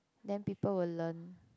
then people will learn